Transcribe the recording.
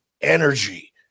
energy